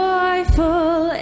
Joyful